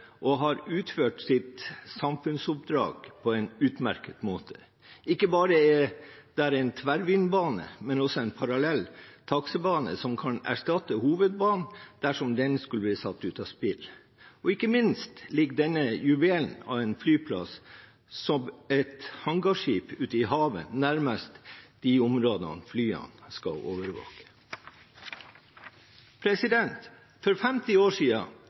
utført sitt samfunnsoppdrag på en utmerket måte. Ikke bare er der en tverrvindbane, men også en parallell taksebane som kan erstatte hovedbanen dersom den skulle bli satt ut av spill, og ikke minst ligger denne juvelen av en flyplass som et hangarskip ute i havet nærmest de områdene flyene skal overvåke. For 50 år